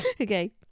Okay